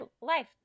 life